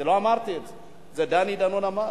לא אני אמרתי את זה, דני דנון אמר